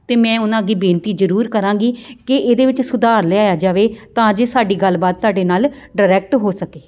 ਅਤੇ ਮੈਂ ਉਹਨਾਂ ਅੱਗੇ ਬੇਨਤੀ ਜ਼ਰੂਰ ਕਰਾਂਗੀ ਕਿ ਇਹਦੇ ਵਿੱਚ ਸੁਧਾਰ ਲਿਆਇਆ ਜਾਵੇ ਤਾਂ ਜੇ ਸਾਡੀ ਗੱਲਬਾਤ ਤੁਹਾਡੇ ਨਾਲ ਡਾਇਰੈਕਟ ਹੋ ਸਕੇ